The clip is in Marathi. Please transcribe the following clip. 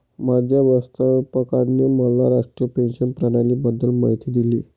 माझ्या व्यवस्थापकाने मला राष्ट्रीय पेन्शन प्रणालीबद्दल माहिती दिली